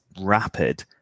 rapid